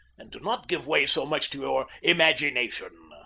and do not give way so much to your imagination.